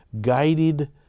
guided